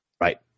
Right